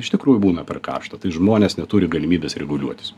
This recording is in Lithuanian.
iš tikrųjų būna per karšta tai žmonės neturi galimybės reguliuotis